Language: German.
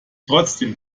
trotzdem